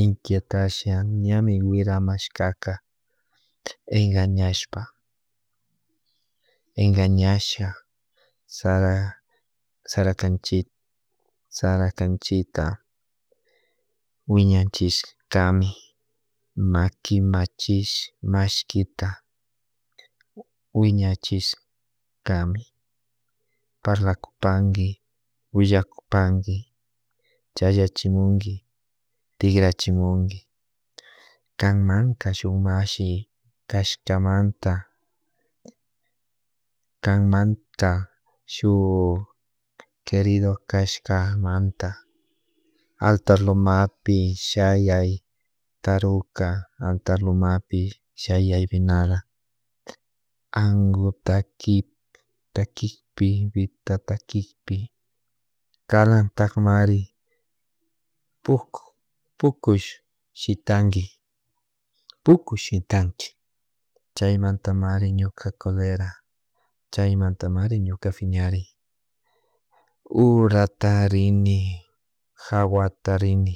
inquietasha ñañi wiramashkaka enkañashpa enkañasha sara sara kanchit sara kanchita wiñachishkami maki mashkita wiñachishkami parakupanki willakupanki chayachibunki tikrachibunki kanmanka shuk mashi kashkamanta kan manta shuk queridi kashka manta altar lumapi shayai taruka altar lumapi shayan venala ankutaki takikpi pitatakikpi kalaktak mari puku pukush shitanki puku shikanchik chay manta mary ñuka colera, chay manta mari ñuka piñari uratararini hawatarini